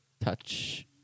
touch